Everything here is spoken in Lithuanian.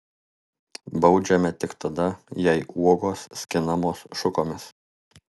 baudžiame tik tada jei uogos skinamos šukomis